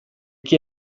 chi